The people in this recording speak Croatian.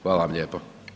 Hvala vam lijepo.